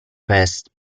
first